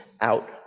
out